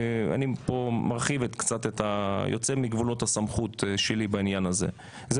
קצת מרחיב את גבולות הסמכות שלי בעניין הזה: זה